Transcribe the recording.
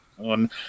on